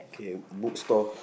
K bookstore